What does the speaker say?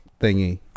thingy